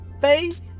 Faith